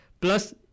Plus